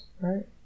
Right